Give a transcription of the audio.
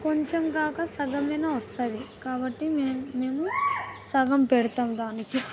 కొంచెం కాక సగమైనా వస్తుంది కాబట్టి మేం మేము సగం పెడతాము దానికి